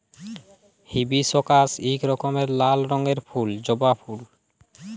hibiscus ইক রকমের লাল রঙের ফুল জবা ফুল